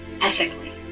ethically